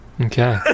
Okay